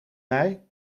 mij